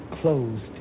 closed